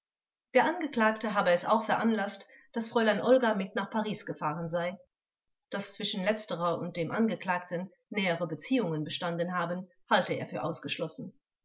der angeklagte habe es auch veranlaßt daß frl olga mit nach paris gefahren sei daß zwischen letzterer und dem angeklagten nähere beziehungen bestanden haben halte er für ausgeschlossen